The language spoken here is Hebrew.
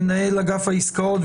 מנהל אגף העסקאות,